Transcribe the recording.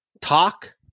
talk